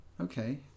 Okay